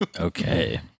Okay